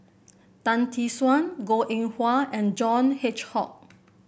Tan Tee Suan Goh Eng Wah and John Hitchcock